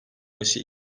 başı